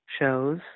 shows